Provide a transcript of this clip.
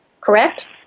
correct